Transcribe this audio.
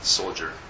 soldier